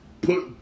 put